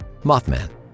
Mothman